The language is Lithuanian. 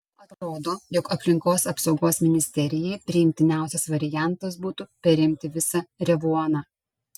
atrodo jog aplinkos apsaugos ministerijai priimtiniausias variantas būtų perimti visą revuoną